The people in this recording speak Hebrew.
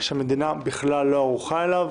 גור בליי לא נמצא פה.